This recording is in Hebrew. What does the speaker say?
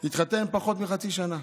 התחתן לפני פחות מחצי שנה,